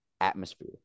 atmosphere